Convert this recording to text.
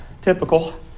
typical